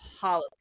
policy